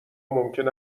ممکن